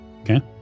Okay